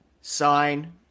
sign